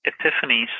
epiphanies